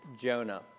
Jonah